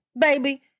baby